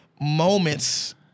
moments